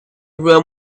room